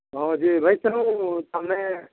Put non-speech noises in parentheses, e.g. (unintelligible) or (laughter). ହଁ ଯେ ଭାଇ (unintelligible) ଆମେ